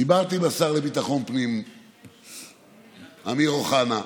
דיברתי עם השר לביטחון פנים אמיר אוחנה.